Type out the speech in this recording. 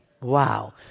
Wow